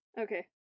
okay